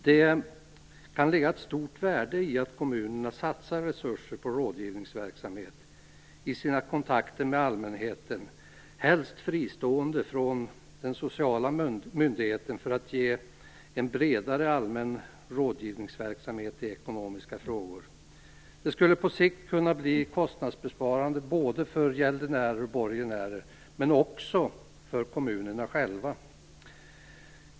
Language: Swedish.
Det kan ligga ett stort värde i att kommunerna satsar resurser på rådgivningsverksamhet. Deras kontakter med allmänheten bör helst vara fristående från den sociala myndigheten för att de skall kunna ha en bredare allmän rådgivningsverksamhet i ekonomiska frågor. Det skulle på sikt kunna bli kostnadsbesparande både för gäldenärer och borgenärer, men också för kommunerna själva.